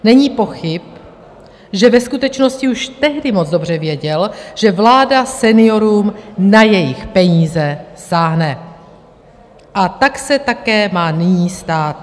Není pochyb, že ve skutečnosti už tehdy moc dobře věděl, že vláda seniorům na jejich peníze sáhne, a tak se také má nyní stát.